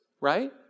right